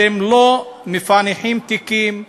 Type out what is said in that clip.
אתם לא מפענחים תיקים,